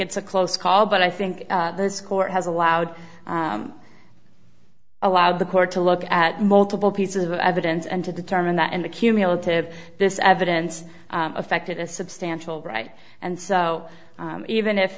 it's a close call but i think this court has allowed a lot of the court to look at multiple pieces of evidence and to determine that and the cumulative this evidence affected a substantial right and so even if